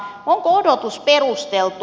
onko odotus perusteltu